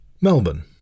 Melbourne